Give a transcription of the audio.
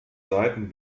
seiten